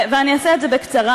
ואני אעשה את זה בקצרה.